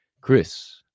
chris